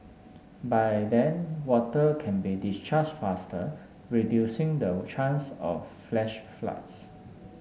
by then water can be discharged faster reducing the chance of flash floods